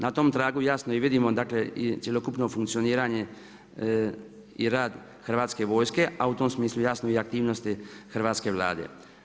Na tom tragu jasno i vidimo dakle, i cjelokupno funkcioniranje i rad hrvatske vojske, a u tom smislu jasno i aktivnosti Hrvatske vlade.